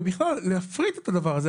ובכלל להפריט את הדבר הזה?